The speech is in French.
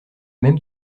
même